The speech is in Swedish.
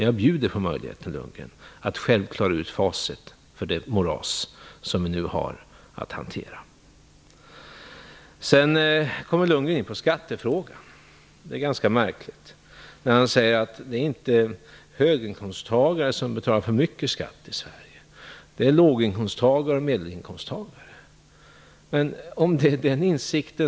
Jag bjuder på möjligheten för Bo Lundgren att klara ut facit för det moras som vi nu har att hantera. Bo Lundgren kom in på skattefrågan. Det är ganska märkligt. Han säger att det inte är höginkomsttagarna som betalar för mycket skatt i Sverige utan att det är låginkomsttagare och medelinkomstagare.